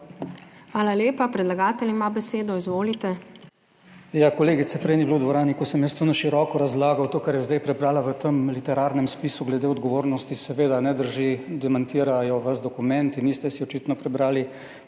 Hvala lepa. Predlagatelj ima besedo, izvolite. **ZVONKO ČERNAČ (PS SDS):** Ja, kolegice prej ni bilo v dvorani, ko sem jaz to na široko razlagal, to kar je zdaj prebrala v tem literarnem spisu, glede odgovornosti, seveda ne drži, demantirajo vas dokumenti, in niste si očitno prebrali